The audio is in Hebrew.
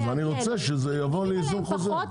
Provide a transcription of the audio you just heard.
כי מגיעים אליהם פחות --- אני רוצה שזה יגיע לאיזון חוזר.